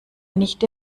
nicht